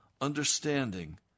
understanding